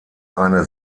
eine